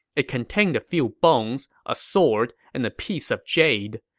it contained a few bones, a sword, and a piece of jade.